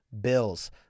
bills